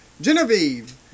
Genevieve